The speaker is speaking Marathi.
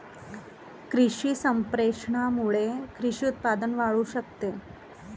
कृषी संप्रेषणामुळे कृषी उत्पादन वाढू शकते